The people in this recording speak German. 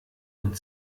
und